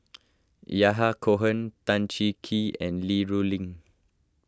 Yahya Cohen Tan Cheng Kee and Li Rulin